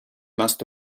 must